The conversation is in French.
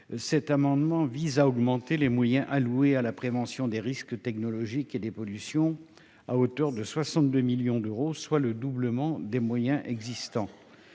Cet amendement vise à augmenter les moyens alloués à la prévention des risques technologiques et des pollutions, à hauteur de 62 millions d'euros, soit le doublement des moyens existants.